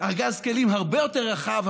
ארגז כלים הרבה יותר רחב,